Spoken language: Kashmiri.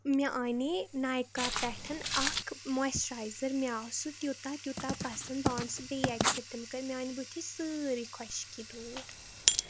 مےٚ اَنے نایکا پیٚٹھ اَکھ مویِسچِرایزَر مےٚ آو سُہ تیوٗتاہ تیوٗتاہ پَسنٛد بہٕ آن نہٕ سُہ بیٚیہِ اَکہِ فِرِ تٔمۍ کٔر میانہِ بٔتھِگ سٲرٕے خۄشکی دوٗر